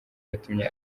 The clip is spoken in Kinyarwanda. yatumye